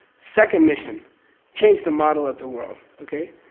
second mission change the model of the world. okay?